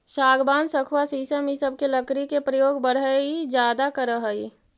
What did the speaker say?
सागवान, सखुआ शीशम इ सब के लकड़ी के प्रयोग बढ़ई ज्यादा करऽ हई